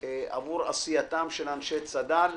עבור עשייתם של אנשי צד"ל,